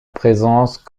présence